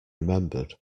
remembered